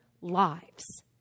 lives